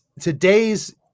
today's